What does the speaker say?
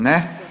Ne.